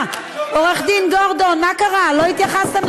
חברת הכנסת בוקר, אתם אשמים בהפרות הסדר.